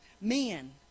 men